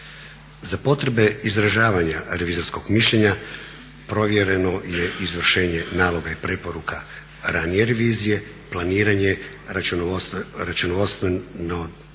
Za potrebe izražavanja revizorskog mišljenja provjereno je izvršenje naloga i preporuka ranije revizije, planiranje računovodstva